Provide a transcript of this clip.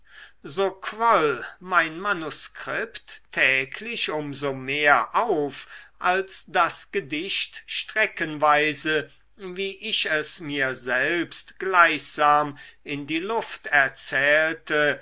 so quoll mein manuskript täglich um so mehr auf als das gedicht streckenweise wie ich es mir selbst gleichsam in die luft erzählte